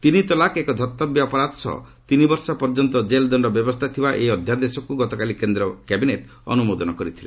ତିନିତଲାକ ଏକ ଧର୍ଭବ୍ୟ ଅପରାଧ ସହ ତିନିବର୍ଷ ପର୍ଯ୍ୟନ୍ତ ଜେଲ୍ଦଣ୍ଡ ବ୍ୟବସ୍ଥା ଥିବା ଏହି ଅଧ୍ୟାଦେଶକୁ ଗତକାଲି କେନ୍ଦ୍ର କ୍ୟାବିନେଟ୍ ଅନୁମୋଦନ କରିଥିଲେ